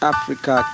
Africa